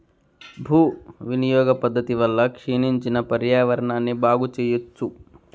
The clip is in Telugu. భూ వినియోగ పద్ధతి వల్ల క్షీణించిన పర్యావరణాన్ని బాగు చెయ్యచ్చు